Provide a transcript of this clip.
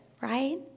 right